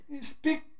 speak